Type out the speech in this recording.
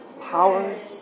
powers